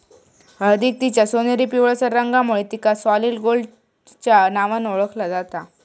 हळदीक तिच्या सोनेरी पिवळसर रंगामुळे तिका सॉलिड गोल्डच्या नावान ओळखला जाता